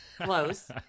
Close